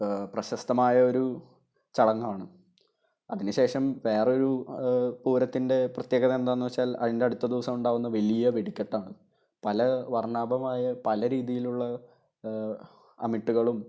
പ്രശസ്തമായ ഒരു ചടങ്ങാണ് അതിനുശേഷം വേറൊരു പൂരത്തിന്റെ പ്രത്യേകത എന്താണെന്നു വെച്ചാല് അതിന്റെ അടുത്ത ദിവസം ഉണ്ടാകുന്ന വലിയ വെടിക്കെട്ടാണ് പല വര്ണ്ണാഭമായ പല രീതിയിലുള്ള അമിട്ടുകളും